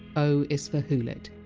o is for hoolet.